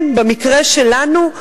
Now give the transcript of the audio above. במקרה שלנו,